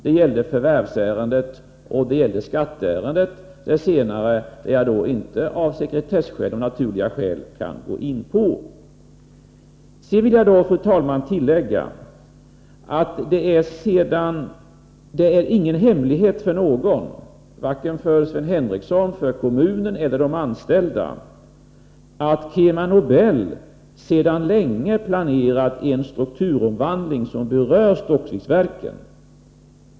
Det gällde förvärvsärendet och det gällde skatteärendet— det senare kan jag av sekretesskäl och av naturliga skäl inte gå in på. Sedan vill jag, fru talman, tillägga att det inte är någon hemlighet för någon —- varken för Sven Henricsson, för kommunen eller för de anställda — att KemaNobel sedan länge planerat en strukturomvandling som berör Stockviksverken.